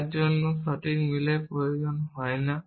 যার জন্য সঠিক মিলের প্রয়োজন হয় না